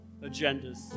agendas